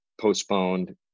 postponed